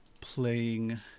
playing